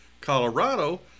Colorado